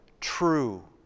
true